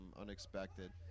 unexpected